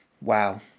Wow